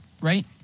right